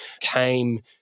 came